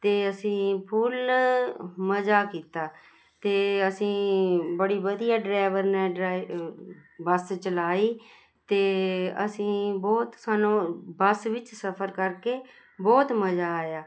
ਅਤੇ ਅਸੀਂ ਫੁੱਲ ਮਜ਼ਾ ਕੀਤਾ ਅਤੇ ਅਸੀਂ ਬੜੀ ਵਧੀਆ ਡਰੈਵਰ ਨੇ ਡਰੈ ਬੱਸ ਚਲਾਈ ਅਤੇ ਅਸੀਂ ਬਹੁਤ ਸਾਨੂੰ ਬੱਸ ਵਿੱਚ ਸਫ਼ਰ ਕਰਕੇ ਬਹੁਤ ਮਜ਼ਾ ਆਇਆ